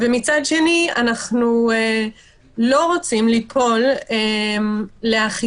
ומצד שני אנחנו לא רוצים ליפול לאכיפה